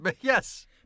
Yes